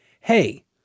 Hey